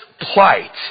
Plight